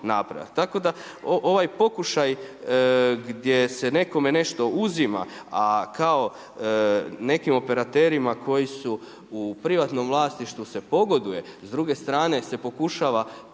Tako da ovaj pokušaj gdje se nekome nešto uzima, a kao nekim operaterima koj isu u privatnom vlasništvu se pogoduje, s druge strane se pokušava